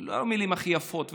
לא את המילים הכי יפות,